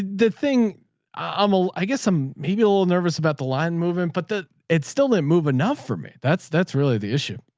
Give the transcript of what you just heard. the thing i'm, ah i guess i'm maybe a little nervous about the line moving, but it still didn't move enough for me. that's that's really the issue.